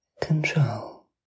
control